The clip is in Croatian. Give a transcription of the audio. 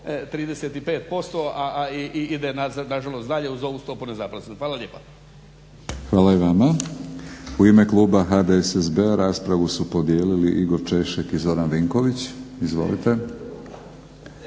35% a ide nažalost dalje uz ovu stopu nezaposlenosti. Hvala lijepa. **Batinić, Milorad (HNS)** Hvala i vama. U ime kluba HDSSB-a raspravu su podijelili Igor Češek i Zoran Vinković. Izvolite.